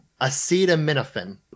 Acetaminophen